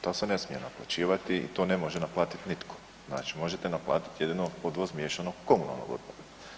To se ne smije naplaćivati i to ne može naplatiti nitko, znači možete naplatiti jedino odvoz miješanog komunalnog otpada.